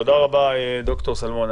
תודה רבה, ד"ר סלמון.